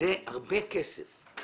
זה הרבה כסף.